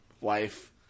wife